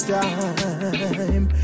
time